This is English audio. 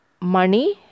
money